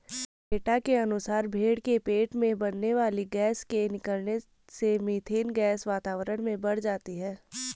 PETA के अनुसार भेंड़ के पेट में बनने वाली गैस के निकलने से मिथेन गैस वातावरण में बढ़ जाती है